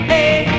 Hey